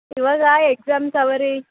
ಇವಾಗ ಎಕ್ಸಾಮ್ಸ್ ಅವ ರೀ